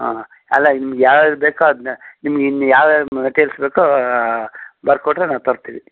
ಹಾಂ ಅಲ್ಲ ನಿಮ್ಗೆ ಯಾವ್ಯಾವ್ದು ಬೇಕೋ ಅದನ್ನ ನಿಮ್ಗೆ ಇನ್ನು ಯಾವ್ಯಾವ ಮೇಟಿರಿಯಲ್ಸ್ ಬೇಕೋ ಬರ್ದ್ ಕೊಟ್ಟರೆ ನಾ ತರ್ತೀವಿ